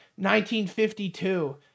1952